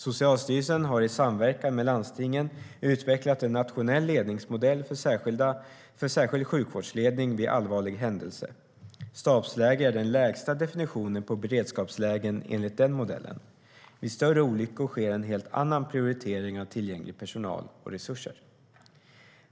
Socialstyrelsen har i samverkan med landstingen utvecklat en nationell ledningsmodell för särskild sjukvårdsledning vid allvarlig händelse. Stabsläge är den lägsta definitionen på beredskapslägen enligt den modellen. Vid större olyckor sker en helt annan prioritering av tillgänglig personal och resurser.